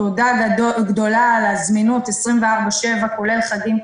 תודה גדולה על הזמינות 24/7 כולל בחגים,